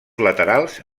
laterals